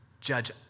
judge